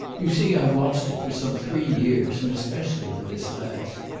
you see i've watched it for some three years, and especially for this last.